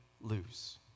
lose